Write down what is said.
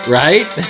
right